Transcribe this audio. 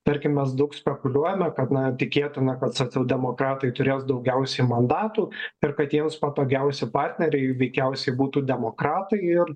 tarkim mes daug spekuliuojame kad na tikėtina kad socialdemokratai turės daugiausiai mandatų ir kad jiems patogiausi partneriai veikiausiai būtų demokratai ir